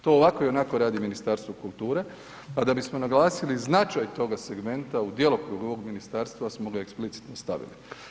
To ovako i onako radi Ministarstvo kulture, a da bismo naglasili značaj toga segmenta u djelokrugu ovog ministarstva smo ga eksplicitno stavili.